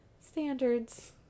standards